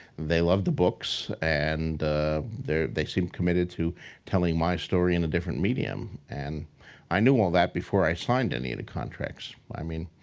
they love the books and they seem committed to telling my story in a different medium. and i knew all that before i signed any of the contracts. i mean,